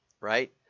right